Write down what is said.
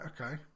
okay